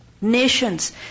Nations